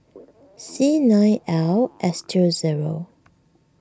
C nine L S two zero